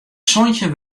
santjin